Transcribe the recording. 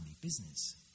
business